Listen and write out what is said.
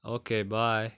okay bye